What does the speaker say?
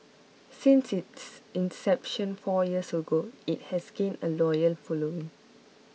since its inception four years ago it has gained a loyal following